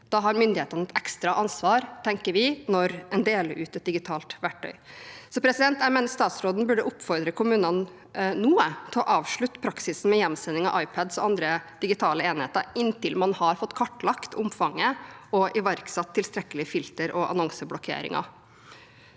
Da har myndighetene et ekstra ansvar, tenker vi, når en deler ut et digitalt verktøy. Jeg mener statsråden burde oppfordre kommunene til å avslutte praksisen med hjemsending av iPader og andre digitale enheter inntil man har fått kartlagt omfanget og iverksatt tilstrekkelig filter og annonseblokkering.